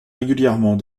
régulièrement